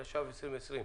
התש"ף-2020.